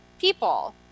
people